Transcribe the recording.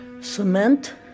Cement